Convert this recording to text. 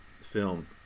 film